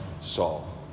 Saul